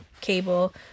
cable